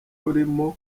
urimo